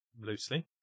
loosely